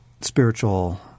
spiritual